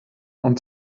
und